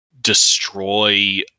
destroy